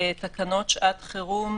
תקנות שעת חירום,